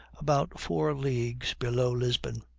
about four leagues below lisbon.